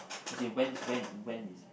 as in when when when is it